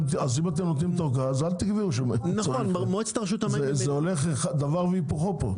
אז אם אתם נותנים אורכה אז אל תקבעו -- זה דבר והיפוכו פה.